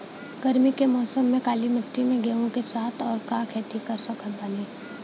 गरमी के मौसम में काली माटी में गेहूँ के साथ और का के खेती कर सकत बानी?